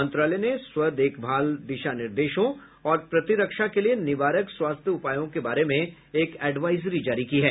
मंत्रालय ने स्व देखभाल दिशानिर्देशों और प्रतिरक्षा के लिए निवारक स्वास्थ्य उपायों के बारे में एक एडवाइजरी जारी की है